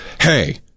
Hey